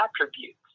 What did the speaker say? attributes